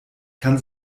kann